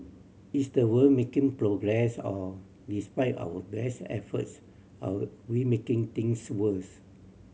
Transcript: is the world making progress or despite our best efforts are we making things worse